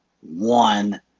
one